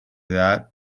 that